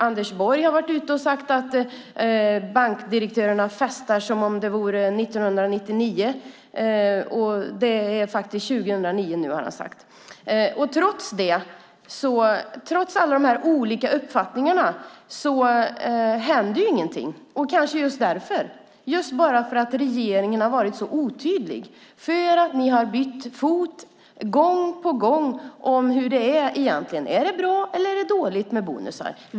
Anders Borg har sagt att bankdirektörerna festar som om det vore 1999, och det är nu faktiskt 2009. Trots alla de olika uppfattningarna händer ingenting. Kanske är det just för att regeringen har varit så otydlig. Regeringen har gång på gång bytt fot om hur det egentligen är. Är det bra eller är det dåligt med bonusar?